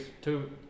two